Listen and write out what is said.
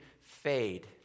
fade